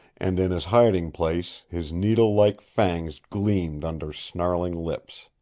and in his hiding-place his needle-like fangs gleamed under snarling lips.